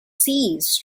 seized